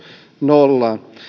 nollaan